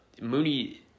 Mooney –